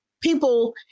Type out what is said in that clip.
people